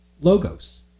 logos